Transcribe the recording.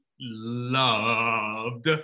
loved